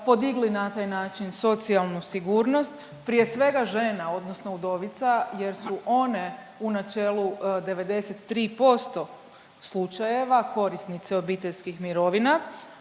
podigli na taj način socijalnu sigurnost, prije svega žena odnosno udovica jer su one u načelu 93% slučajeva korisnice obiteljskih mirovina,